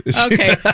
Okay